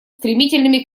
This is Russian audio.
стремительными